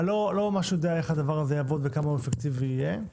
אני לא ממש יודע איך הדבר הזה יעבוד וכמה אפקטיבי הוא יהיה,